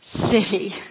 City